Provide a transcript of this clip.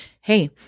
hey